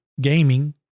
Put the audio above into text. gaming